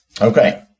Okay